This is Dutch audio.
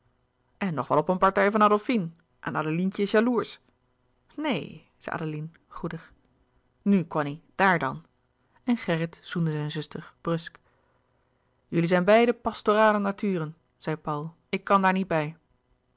en nog wel op een partij van adolfine en adelientje is jaloersch louis couperus de boeken der kleine zielen neen zei adeline goedig nu cony daar dan en gerrit zoende zijn zuster brusk jullie zijn beiden pastorale naturen zei paul ik kan daar niet bij